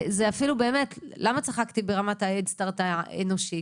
למה צחקתי ברמת ההדסטארט האנושי?